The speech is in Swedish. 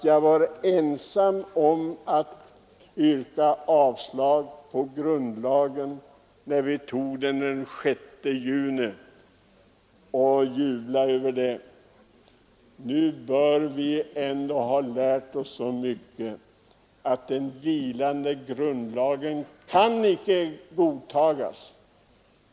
Jag var ensam om att yrka avslag på grundlagen, när vi tog den den 6 juni. Nu bör vi ändå ha lärt oss så mycket att den vilande grundlagen inte kan godtas.